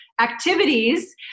activities